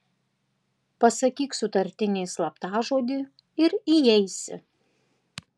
pasakyk sutartinį slaptažodį ir įeisi